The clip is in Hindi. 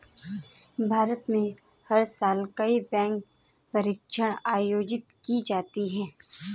भारत में हर साल कई बैंक परीक्षाएं आयोजित की जाती हैं